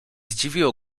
zdziwiło